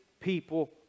people